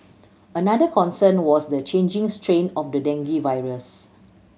another concern was the changing strain of the dengue virus